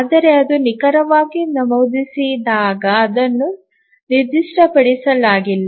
ಆದರೆ ಅದನ್ನು ನಿಖರವಾಗಿ ನಮೂದಿಸಿದಾಗ ಅದನ್ನು ನಿರ್ದಿಷ್ಟಪಡಿಸಲಾಗಿಲ್ಲ